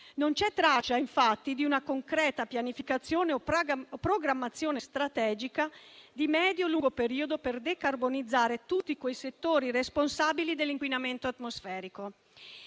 Non c'è traccia infatti di una concreta pianificazione o programmazione strategica di medio-lungo periodo per decarbonizzare tutti quei settori responsabili dell'inquinamento atmosferico.